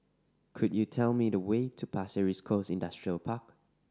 could you tell me the way to Pasir Ris Coast Industrial Park